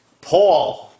Paul